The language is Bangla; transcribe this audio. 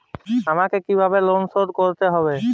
আমাকে কিভাবে লোন শোধ করতে হবে?